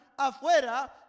afuera